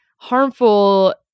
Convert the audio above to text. harmful